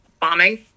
bombing